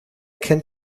kennt